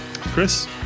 Chris